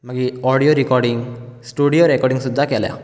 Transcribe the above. मागीर audio recording studio recording सुद्दां केल्या